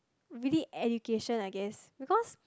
really education I guess because